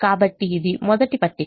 కాబట్టి ఇది మొదటి పట్టిక